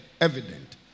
evident